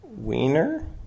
Wiener